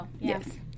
yes